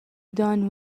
done